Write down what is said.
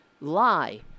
Lie